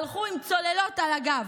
הלכו עם צוללות על הגב.